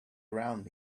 around